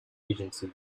agency